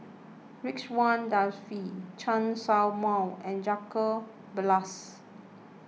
Ridzwan Dzafir Chen Show Mao and Jacob Ballas